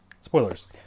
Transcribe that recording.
Spoilers